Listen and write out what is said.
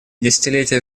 десятилетие